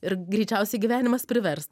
ir greičiausiai gyvenimas privers